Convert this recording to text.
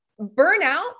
burnout